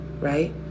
right